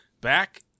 back